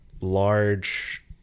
large